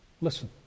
Listen